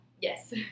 Yes